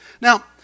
Now